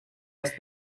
است